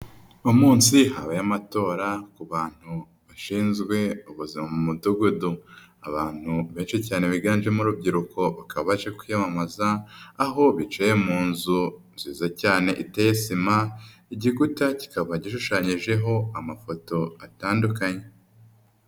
Umunsi habaye amatora ku bantu bashinzwe ubuzima mu mudugudu, abantu bake cyane biganjemo urubyiruko baka baje kwiyamamaza, aho bicaye mu nzu nziza cyane iteye sima, igikuta kikaba gishushanyijeho amafoto atandukanye.